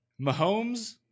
Mahomes